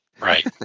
Right